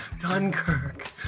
Dunkirk